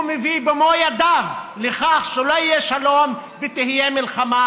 הוא מביא במו ידיו לכך שלא יהיה שלום ותהיה מלחמה,